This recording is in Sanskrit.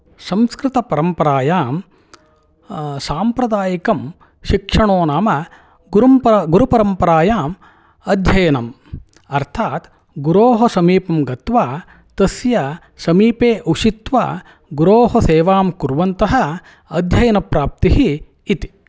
संस्कृतपरम्परायां सांप्रदायिकं शिक्षणो नाम गुरुपरम्परायाम् अध्ययनम् अर्थात् गुरुोः समीपे गत्वा तस्य समीपे उषित्वा गुरुोः सेवां कुर्वन्तः अध्ययनप्राप्तिः इति